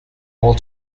all